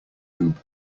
lube